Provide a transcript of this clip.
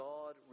God